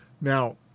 Now